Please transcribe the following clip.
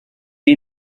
est